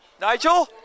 Nigel